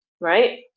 right